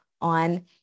on